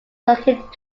located